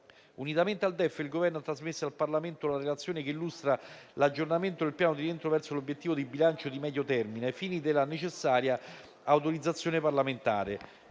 Unitamente al DEF, il Governo ha trasmesso al Parlamento la Relazione che illustra l'aggiornamento del piano di rientro verso l'obiettivo di bilancio di medio termine, ai fini della necessaria autorizzazione parlamentare.